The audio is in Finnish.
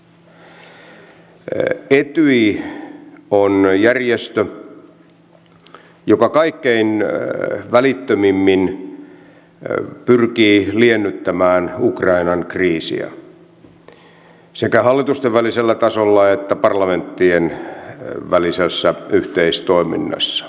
etyj on järjestö joka kaikkein välittömimmin pyrkii liennyttämään ukrainan kriisiä sekä hallitusten välisellä tasolla että parlamenttien välisessä yhteistoiminnassa